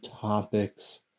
topics